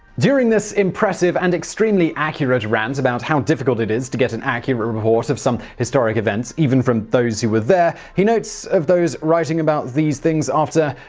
during this impressive and extremely accurate rant about how difficult it is to get an accurate report of some historic event even from those who were there, he notes of those writing about these things after,